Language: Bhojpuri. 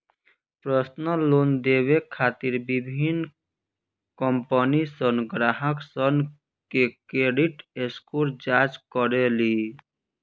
पर्सनल लोन देवे खातिर विभिन्न कंपनीसन ग्राहकन के क्रेडिट स्कोर जांच करेली